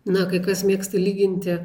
na kai kas mėgsta lyginti